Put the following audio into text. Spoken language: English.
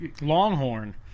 Longhorn